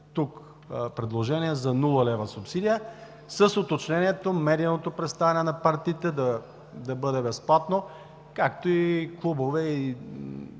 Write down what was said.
тук предложение за нула лева субсидия с уточнението медийното представяне на партиите да бъде безплатно, както и клубове и